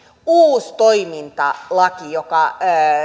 uusi toimintalaki joka